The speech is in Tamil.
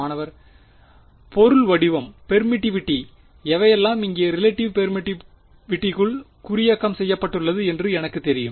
மாணவர் பொருள் வடிவம் பெர்மிட்டிவிட்டி எவையெல்லாம் இங்கே ரிலேட்டிவ் பெர்மிட்டிவிட்டிக்குள் குறியாக்கம் செய்யப்பட்டுள்ளது என்று எனக்குத்தெரியும்